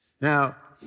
Now